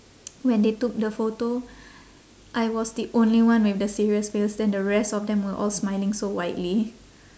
when they took the photo I was the only one with the serious face then the rest of them were all smiling so widely